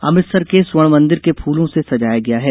अमृतसर के स्वर्ण मंदिर को फूलों से सजाया गया है